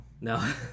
No